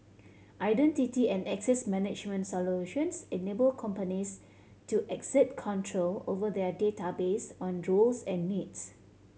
identity and access management solutions enable companies to exert control over their data based on roles and needs